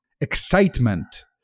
excitement